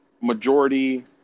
majority